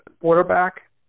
quarterback